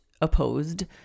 opposed